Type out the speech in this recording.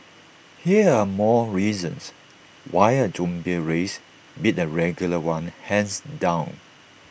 here are more reasons why A zombie race beat A regular one hands down